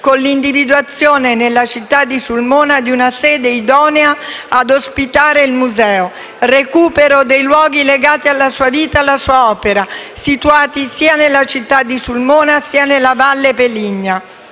con l'individuazione nella città di Sulmona di una sede idonea a ospitarne il museo; il recupero dei luoghi legati alla sua vita e alla sua opera, situati sia nella città di Sulmona, sia nella Valle Peligna;